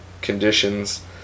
conditions